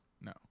No